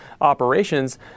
operations